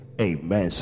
amen